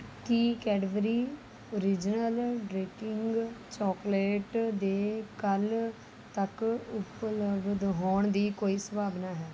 ਕੀ Cadbury original drinking chocolate ਦੇ ਕੱਲ੍ਹ ਤੱਕ ਉਪਲਬਧ ਹੋਣ ਦੀ ਕੋਈ ਸੰਭਾਵਨਾ ਹੈ